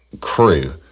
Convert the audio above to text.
crew